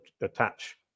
attach